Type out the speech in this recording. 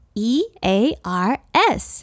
ears